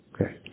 Okay